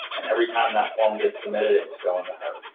and every time that form gets submitted it was going to her.